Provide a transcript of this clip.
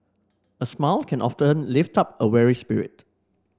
a smile can often lift up a weary spirit